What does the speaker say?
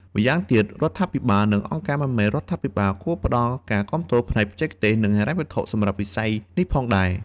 ម្យ៉ាងទៀត រដ្ឋាភិបាល និងអង្គការមិនមែនរដ្ឋាភិបាលគួរផ្តល់ការគាំទ្រផ្នែកបច្ចេកទេស និងហិរញ្ញវត្ថុសម្រាប់វិស័យនេះផងដែរ។